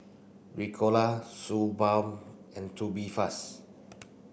Ricola Suu Balm and Tubifast